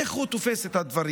איך הוא תופס את הדברים?